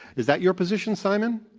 is that your position, simon?